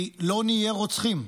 הוא לא נהיה רוצחים.